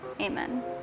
amen